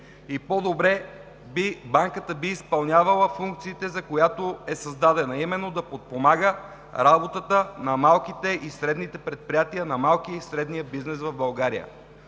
по-добре би изпълнявала функциите, за които е създадена, а именно да подпомага работата на малките и средните предприятия, на малкия, и средния бизнес в България.